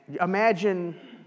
imagine